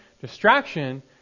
distraction